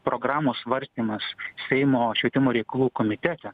programos svarstymas seimo švietimo reikalų komitete